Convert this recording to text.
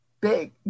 big